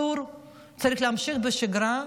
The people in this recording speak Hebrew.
צריך להמשיך בשגרה,